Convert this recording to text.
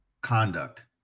conduct